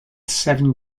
seven